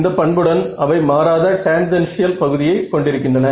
இந்த பண்புடன் அவை மாறாத டேன்ஜென்ஷியல் பகுதியை கொண்டிருக்கின்றன